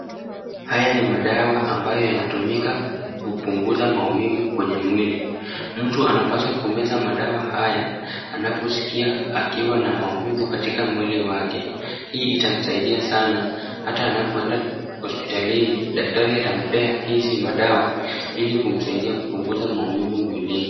Haya ni madawa ambayo yanatumika kupunguza maumivu kwenye mwili ,mtu anapaswa kumeza madawa haya anaposikia akiwa na maumivu katika mwili wake, hii itamsaidia sana ata anapoenda hospitalini daktari atampea hizi madawa ili kumsaidia kupunguza maumivu mwilini.